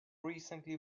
recently